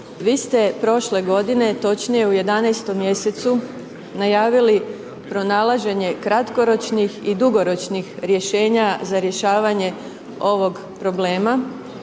Vi ste prošle godine, točnije u 11. mj. najavili pronalaženje kratkoročnih i dugoročnih rješenja za rješavanje ovog problema,